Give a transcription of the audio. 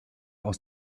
aus